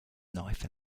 knife